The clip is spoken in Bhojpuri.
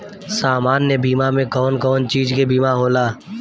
सामान्य बीमा में कवन कवन चीज के बीमा होला?